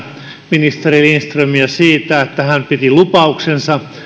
ministeri lindströmiä siitä että hän piti lupauksensa